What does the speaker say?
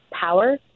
power